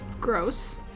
Gross